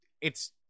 it's-